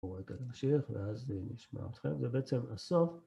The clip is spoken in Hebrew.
בואו רגע נמשיך, ואז נשמע אתכם, זה בעצם הסוף.